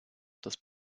das